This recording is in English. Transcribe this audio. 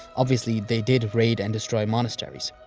obviously, they did raid and destroy monasteries.